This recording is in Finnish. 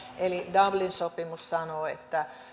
dublin sopimus sanoo että